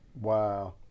Wow